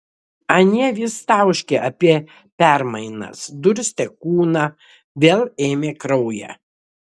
anie vis tauškė apie permainas durstė kūną vėl ėmė kraują